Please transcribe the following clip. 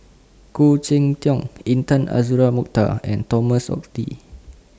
Khoo Cheng Tiong Intan Azura Mokhtar and Thomas Oxley